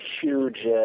huge